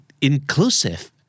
inclusive